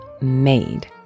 made